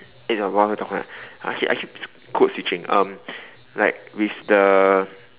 eh no what we talking about I keep I keeps code switching um like with the